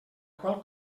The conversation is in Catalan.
qual